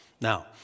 Now